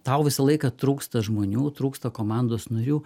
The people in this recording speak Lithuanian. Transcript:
tau visą laiką trūksta žmonių trūksta komandos narių